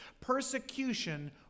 Persecution